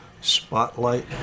spotlight